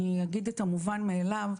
אני אגיד את המובן מאליו.